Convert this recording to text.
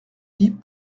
dit